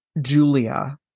Julia